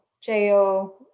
j-o